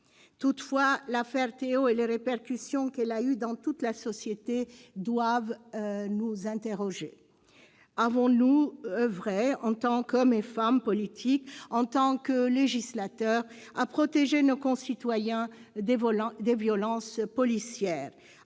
Toutefois, l'affaire Théo et les répercussions qu'elle a eues dans toute la société doivent nous interroger. Avons-nous oeuvré, en tant qu'hommes et femmes politiques, en tant que législateur, à protéger nos concitoyens des violences policières ?